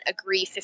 agree